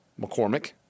McCormick